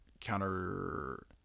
counter